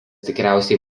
tikriausiai